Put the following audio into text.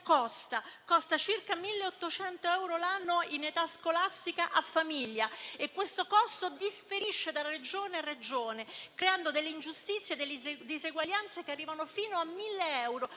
Costa circa 1.800 euro l'anno in età scolastica a famiglia, e questo costo differisce da Regione a Regione, creando delle ingiustizie e diseguaglianze che arrivano fino a mille euro